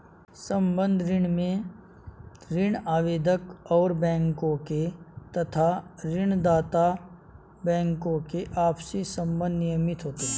संबद्ध ऋण में ऋण आवेदक और बैंकों के तथा ऋण दाता बैंकों के आपसी संबंध नियमित होते हैं